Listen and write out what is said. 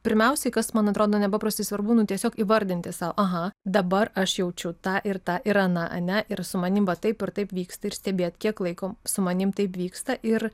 pirmiausiai kas man atrodo nepaprastai svarbu nu tiesiog įvardinti sau aha dabar aš jaučiu tą ir tą ir aną ane ir su manim va taip ir taip vyksta ir stebėt kiek laiko su manim taip vyksta ir